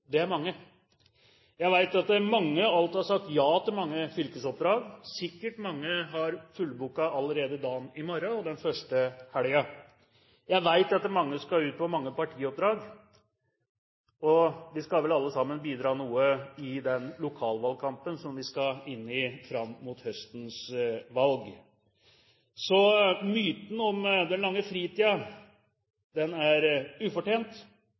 det er mange. Jeg vet at mange alt har sagt ja til mange fylkesoppdrag, mange har sikkert allerede fullbooket dagen i morgen og den første helga. Jeg vet at mange skal ut på mange partioppdrag, og vi skal vel alle sammen bidra noe i den lokalvalgkampen vi skal inn i fram mot høstens valg. Så myten om den lange fritiden er ufortjent,